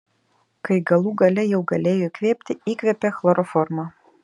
kai galų gale jau galėjo įkvėpti įkvėpė chloroformo